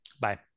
Bye